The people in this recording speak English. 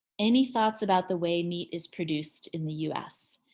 any thoughts about the way meat is produced in the us?